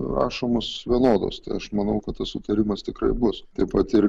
rašomos vienodos tai aš manau kad tas sutarimas tikrai bus taip pat ir